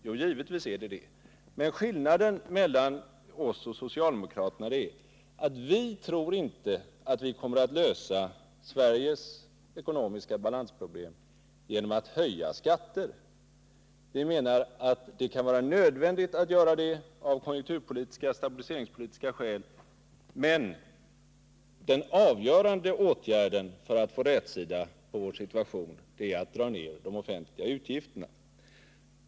Jo, givetvis är den det, men skillnaden mellan vår uppfattning och socialdemokraternas är den att vi inte tror att vi kommer att lösa Sveriges ekonomiska balansproblem genom att höja skatter. Vi menar att det kan vara nödvändigt att göra det av konjunkturpolitiska och stabiliseringspolitiska skäl. Den avgörande åtgärden för att få en rätsida på vår situation är emellertid att dra ned de offentliga utgifterna.